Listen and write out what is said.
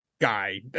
guy